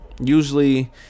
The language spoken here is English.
usually